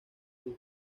sus